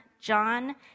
John